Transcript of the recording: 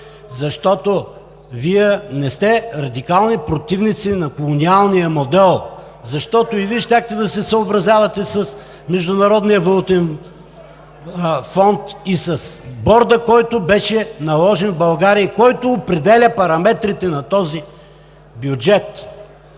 защото Вие не сте радикални противници на колониалния модел, защото и Вие щяхте да се съобразявате с Международния валутен фонд и с Борда, който беше наложен в България и който определя параметрите на този бюджет.